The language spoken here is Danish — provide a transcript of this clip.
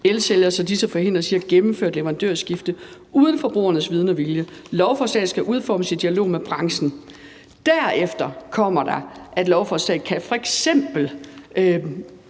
elsælgere, så disse forhindres i at gennemføre et leverandørskifte uden forbrugerens viden og vilje. Lovforslaget skal udformes i dialog med branchen.« Derefter står der, hvad lovforslaget kan